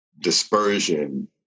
dispersion